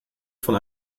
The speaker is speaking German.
von